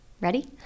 Ready